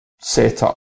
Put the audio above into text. setup